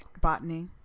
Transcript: Botany